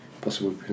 possible